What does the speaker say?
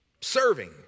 Serving